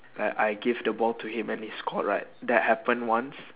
like I give the ball to him and he scored right that happened once